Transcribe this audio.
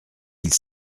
ils